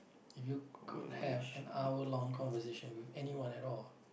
if you could have an hour long conversation with anyone at all